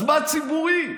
אז מה ציבורי בו?